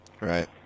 Right